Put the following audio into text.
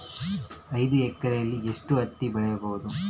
ಐದು ಎಕರೆಯಲ್ಲಿ ಎಷ್ಟು ಹತ್ತಿ ಬೆಳೆಯಬಹುದು?